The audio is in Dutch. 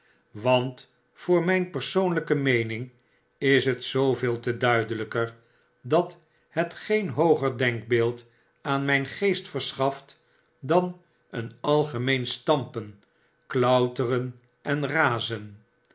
want voor my n persoonlyke meening is het zoovedl te duidelyker dat het geen hooger denkbeeld aan myn geest versehaft dan een algemeen stampen klauteren en razen